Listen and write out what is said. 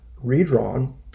redrawn